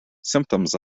symptoms